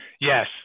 Yes